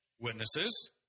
Witnesses